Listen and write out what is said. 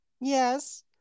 Yes